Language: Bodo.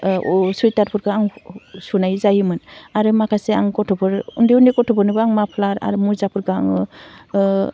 सुइथारफोरखौ आं सुनाय जायोमोन आरो माखासे आं गथ'फोर उन्दै उन्दै गथ'फोरनोबो आं माफ्लार आरो मुजाफोरखो आङो